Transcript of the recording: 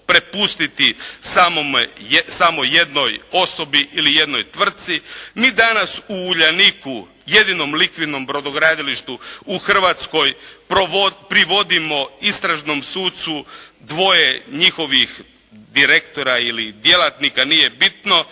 prepustiti samo jednoj osobi ili jednoj tvrtci. Mi danas u "Uljaniku", jedinom likvirnom brodogradilištu u Hrvatskoj privodimo istražnom sucu dvoje njihovih direktora ili djelatnika, nije bitno,